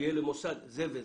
שיהיה למוסד זה וזה.